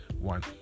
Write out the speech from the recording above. one